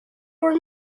were